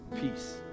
peace